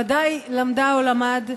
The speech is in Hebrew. ודאי למדה או למד,